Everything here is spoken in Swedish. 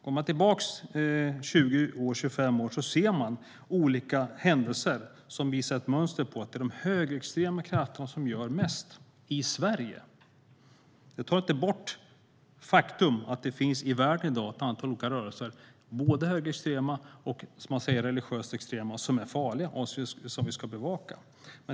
Går man tillbaka 20-25 år i tiden är det olika händelser som visar ett mönster där det är de högerextrema krafterna som åstadkommer mest i Sverige. Men det tar inte bort det faktum att det i världen finns ett antal olika rörelser, både högerextrema och religiöst extrema, som är farliga och som ska bevakas.